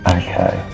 okay